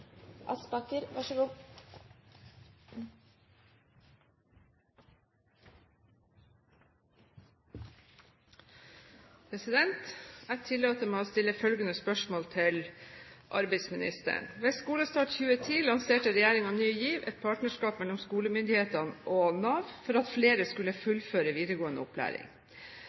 Jeg tillater meg å stille følgende spørsmål til arbeidsministeren: «Ved skolestart 2010 lanserte regjeringen Ny GIV, et partnerskap mellom skolemyndighetene og Nav, for at flere skulle fullføre videregående opplæring.